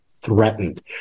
threatened